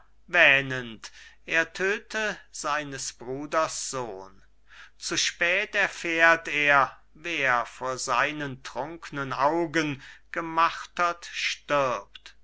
wähnend er tödte seines bruders sohn zu spät erfährt er wer vor seinen trunknen augen gemartert stirbt